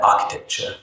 architecture